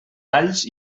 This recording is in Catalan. alls